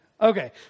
Okay